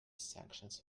sanctions